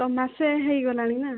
ତ ମାସେ ହେଇଗଲାଣି ନା